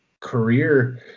career